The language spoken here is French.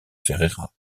ferreira